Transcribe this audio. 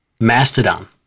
Mastodon